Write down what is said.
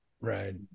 right